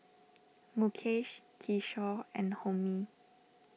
Mukesh Kishore and Homi